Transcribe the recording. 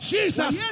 Jesus